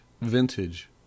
vintage